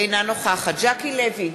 אינה נוכחת ז'קי לוי,